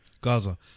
Gaza